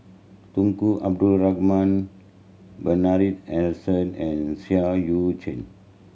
Tunku Abdul Rahman Bernard Harrison and Seah Eu Chin